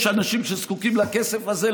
יש אנשים שזקוקים יותר לכסף הזה,